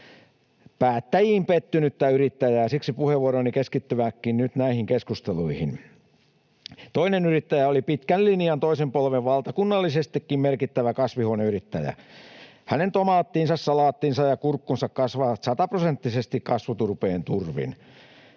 päättäjiin pettynyttä yrittäjää. Siksi puheenvuoroni keskittyvätkin nyt näihin keskusteluihin. Toinen yrittäjä oli pitkän linjan toisen polven valtakunnallisestikin merkittävä kasvihuoneyrittäjä. Hänen tomaattinsa, salaattinsa ja kurkkunsa kasvavat sataprosenttisesti kasvuturpeen turvin.